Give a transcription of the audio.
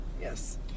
Yes